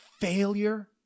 failure